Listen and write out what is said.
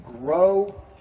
grow